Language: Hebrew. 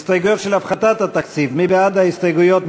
הסתייגויות של הפחתת התקציב, מי בעד ההסתייגויות?